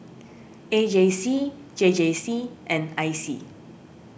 A G C J J C and I C